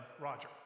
Roger